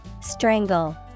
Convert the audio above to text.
Strangle